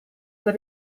per